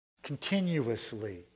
continuously